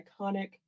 iconic